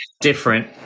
different